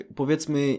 powiedzmy